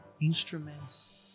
instruments